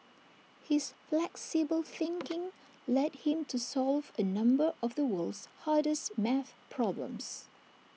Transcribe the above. his flexible thinking led him to solve A number of the world's hardest math problems